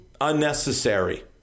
unnecessary